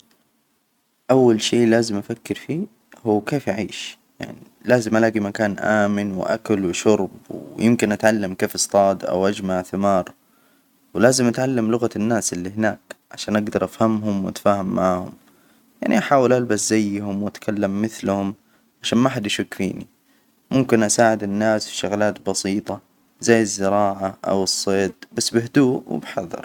أول شي لازم أفكر فيه هو كيف أعيش؟ يعني لازم ألاجي مكان آمن وأكل وشرب ويمكن أتعلم كيف اصطاد أو أجمع ثمار، ولازم يتعلم لغة الناس اللي هناك عشان أجدر أفهمهم وأتفاهم معاهم، يعني أحاول ألبس زيهم وأتكلم مثلهم عشان ما حد يشك فيني، ممكن أساعد الناس في شغلات بسيطة زي الزراعة أو الصيد، بس بهدوء وبحذر.